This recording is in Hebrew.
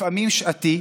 לפעמים שעתי,